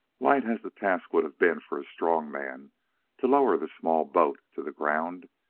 light as the task would have been for a strong man to lower the small boat to the ground,